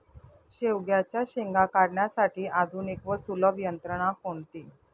शेवग्याच्या शेंगा काढण्यासाठी आधुनिक व सुलभ यंत्रणा कोणती?